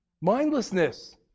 Mindlessness